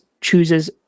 chooses